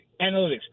analytics